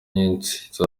nyinshi